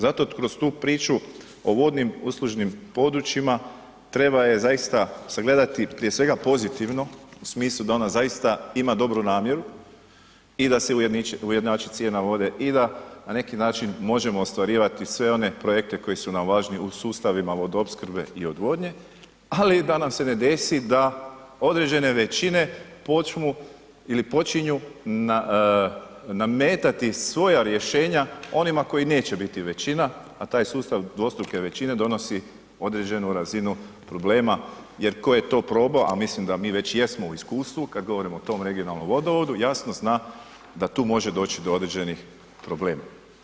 Zato kroz tu priču o vodnim uslužnim područjima treba je zaista zagledati prije svega pozitivno u smislu da ona zaista ima dobru namjeru i da se ujednači cijena vode i da na neki način možemo ostvarivati sve one projekte koji su nam važni u sustavima vodoopskrbe i odvodnje ali da nam se ne desi da određene većine počnu ili počinju nametati svoja rješenja onima koji neće biti većina a taj sustav dvostruke većine donosi određenu razinu problema, jer tko je to probao, a mislim da mi već jesmo u iskustvu kad govorimo o tom regionalnom vodovodu, jasno zna da tu može doći do određenih problema.